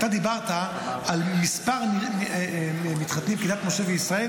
אתה דיברת על מספר המתחתנים כדת משה וישראל,